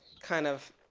kind of